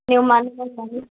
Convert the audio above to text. ನೀವು ಮನೆಗ್